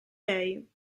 lei